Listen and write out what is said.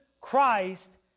Christ